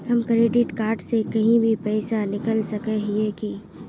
हम credit card से कहीं भी पैसा निकल सके हिये की?